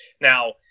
now